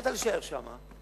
והחלטת להישאר שם,